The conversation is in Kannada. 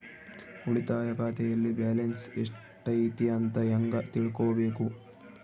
ಉಳಿತಾಯ ಖಾತೆಯಲ್ಲಿ ಬ್ಯಾಲೆನ್ಸ್ ಎಷ್ಟೈತಿ ಅಂತ ಹೆಂಗ ತಿಳ್ಕೊಬೇಕು?